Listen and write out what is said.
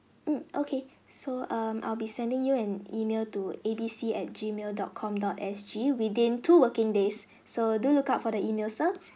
mm okay so um I'll be sending you an email to A B C at G mail dot com dot S_G within two working days so do look out for the email sir